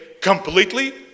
completely